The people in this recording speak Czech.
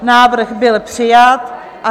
Návrh byl přijat.